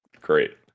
great